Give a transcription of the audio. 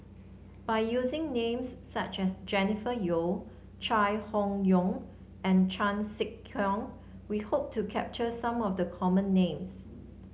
by using names such as Jennifer Yeo Chai Hon Yoong and Chan Sek Keong we hope to capture some of the common names